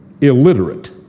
illiterate